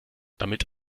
damit